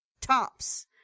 tops